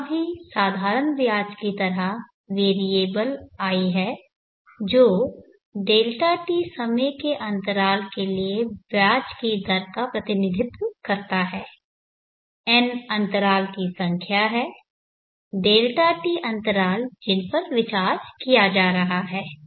यहाँ भी साधारण ब्याज की तरह वेरिएबल i है जो Δt समय के अंतराल के लिए ब्याज की दर का प्रतिनिधित्व करता है n अंतराल की संख्या है Δt अंतराल जिन पर विचार किया जा रहा है